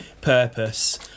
purpose